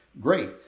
Great